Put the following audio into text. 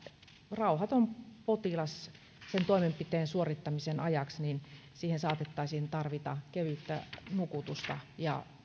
rauhattomalle potilaalle sen toimenpiteen suorittamisen ajaksi saatettaisiin tarvita kevyttä nukutusta ja